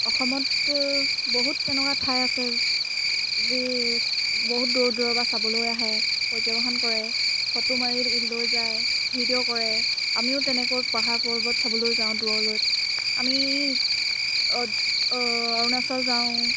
অসমত বহুত তেনেকুৱা ঠাই আছে যি বহুত দূৰ দূৰৰ পৰা চাবলৈ আহে পৰ্যবেক্ষণ কৰে ফটো মাৰি লৈ যায় ভিডিঅ' কৰে আমিও তেনেকৈ পাহাৰ পৰ্বত চাবলৈ যাওঁ দূৰলৈ আমি অৰুণাচল যাওঁ